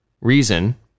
reason